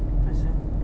apa sia